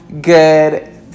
good